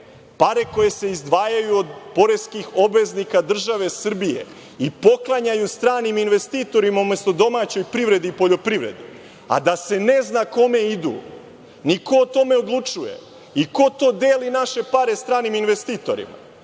pare koje se izdvajaju od poreskih obveznika države Srbije i poklanjaju stranim investitorima umesto domaćoj privredi i poljoprivredi, a da se ne zna kome idu, ni ko o tome odlučuje i ko to deli naše pare stranim investitorima.